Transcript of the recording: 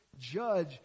judge